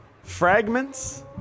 fragments